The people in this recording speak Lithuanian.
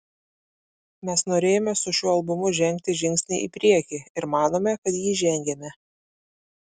mes norėjome su šiuo albumu žengti žingsnį į priekį ir manome kad jį žengėme